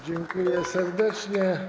Dziękuję serdecznie.